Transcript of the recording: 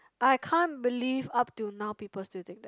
I can't believe up till now people still think that